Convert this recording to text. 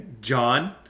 John